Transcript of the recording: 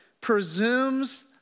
presumes